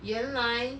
原来